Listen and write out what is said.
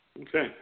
Okay